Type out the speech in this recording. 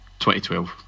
2012